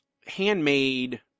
handmade